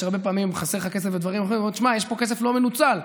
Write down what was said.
הרבה פעמים חסר לך כסף לדברים אחרים ואתה אומר: יש פה כסף לא מנוצל,